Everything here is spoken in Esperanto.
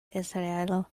israelo